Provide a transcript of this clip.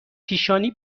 پیشانی